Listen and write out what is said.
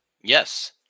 Yes